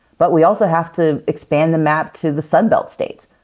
but we also have to expand the map to the sun belt states.